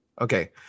Okay